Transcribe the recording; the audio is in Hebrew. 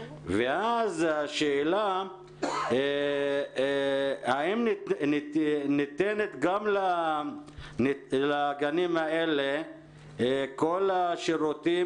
ואז השאלה האם ניתנים גם לגנים האלה כל השירותים